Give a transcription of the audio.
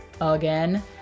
again